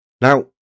Now